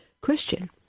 Christian